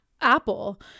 apple